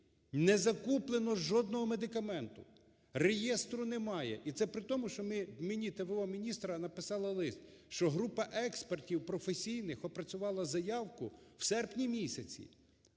Не закуплено жодного медикаменту, реєстру немає і це при тому, що мені в.о. міністра написала лист, що група експертів професійних опрацювала заявку, в серпні місяці.